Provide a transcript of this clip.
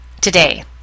today